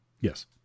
yes